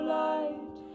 light